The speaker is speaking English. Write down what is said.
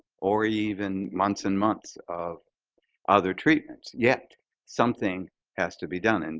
or even months and months of other treatments, yet something has to be done. and